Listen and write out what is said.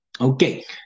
Okay